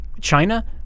China